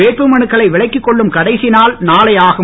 வேட்பு மனுக்களை விலக்கி கொள்ளும் கடைசி நாள் நாளை ஆகும்